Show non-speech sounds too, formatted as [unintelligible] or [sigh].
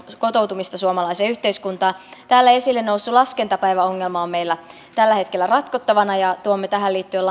kotoutumista suomalaiseen yhteiskuntaan täällä esille noussut laskentapäiväongelma on meillä tällä hetkellä ratkottavana ja tuomme tähän liittyen [unintelligible]